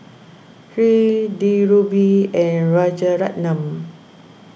Hri Dhirubhai and Rajaratnam